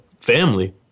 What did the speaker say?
family